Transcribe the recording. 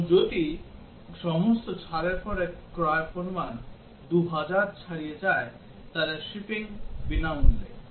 এবং যদি সমস্ত ছাড়ের পরে ক্রয়ের পরিমাণ 2000 ছাড়িয়ে যায় তাহলে শিপিং বিনামূল্যে